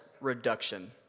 reduction